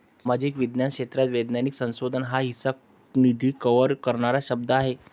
सामाजिक विज्ञान क्षेत्रात वैज्ञानिक संशोधन हा सहसा, निधी कव्हर करणारा शब्द आहे